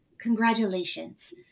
congratulations